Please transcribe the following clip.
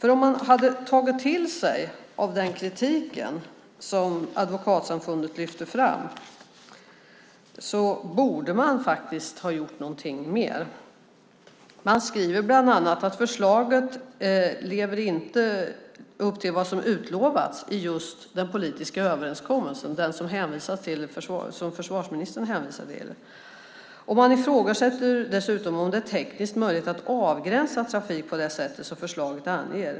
Om man hade tagit till sig av den kritik som Advokatsamfundet lyfte fram borde man faktiskt ha gjort någonting mer. Advokatsamfundet skriver bland annat att förslaget inte lever upp till vad som utlovats i den politiska överenskommelsen, som försvarsministern hänvisar till. Man ifrågasätter dessutom om det är tekniskt möjligt att avgränsa trafik på det sätt som förslaget anger.